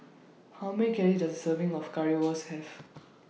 How Many Calories Does A Serving of Currywurst Have